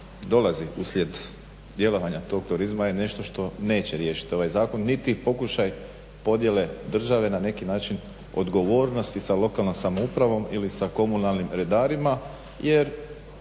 dolazi uslijed djelovanja tog turizma je nešto što neće riješiti ovaj zakon niti pokušaj podjele države na neki način odgovornosti sa lokalnom samoupravom ili sa komunalnim redarima. Jer